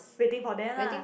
waiting for them lah